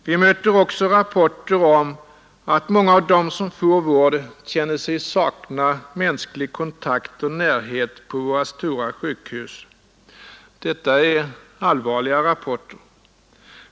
Vi möter också rapporter om att många av dem som får vård känner sig sakna mänsklig kontakt och närhet på våra stora sjukhus. Detta är allvarliga rapporter.